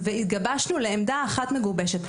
והתגבשנו לעמדה אחת מגובשת.